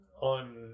on